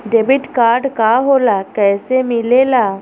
Debit card का होला कैसे मिलेला?